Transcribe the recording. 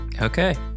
Okay